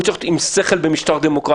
הוא צריך להיות עם שכל במשטר דמוקרטי.